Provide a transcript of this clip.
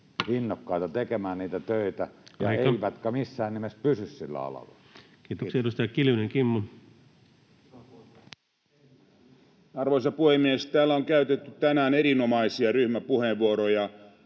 innokkaita tekemään niitä töitä [Puhemies: Aika!] eivätkä missään nimessä pysy sillä alalla. — Kiitos. Kiitoksia. — Edustaja Kiljunen, Kimmo. Arvoisa puhemies! Täällä on käytetty tänään erinomaisia ryhmäpuheenvuoroja,